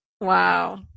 wow